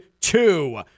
two